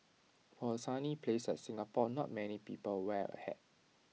for A sunny place like Singapore not many people wear A hat